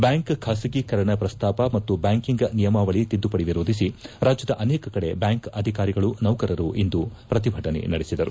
bank ಖಾಸಗೀಕರಣ ಪ್ರಸ್ತಾಪ ಮತ್ತು ಬ್ಯಾಂಕಿಂಗ್ ನಿಯಮಾವಳಿ ತಿದ್ಗುಪಡಿ ವಿರೋಧಿಸಿ ರಾಜ್ಯದ ಅನೇಕ ಕಡೆ ಬ್ಯಾಂಕ್ ಅಧಿಕಾರಿಗಳು ನೌಕರರು ಇಂದು ಪ್ರತಿಭಟನೆ ನಡೆಸಿದರು